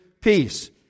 peace